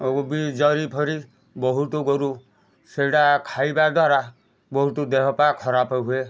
ଆଉ ବି ଜରିଫରି ବହୁତ ଗୋରୁ ସେଇଗୁଡ଼ା ଖାଇବା ଦ୍ୱାରା ବହୁତ ଦେହ ପା ଖରାପ ହୁଏ